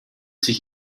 sich